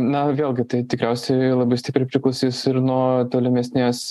na vėlgi tai tikriausiai labai stipriai priklausys ir nuo tolimesnės